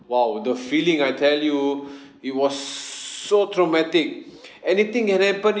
!wow! the feeling I tell you it was so traumatic anything can happen